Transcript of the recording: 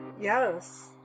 yes